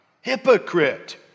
Hypocrite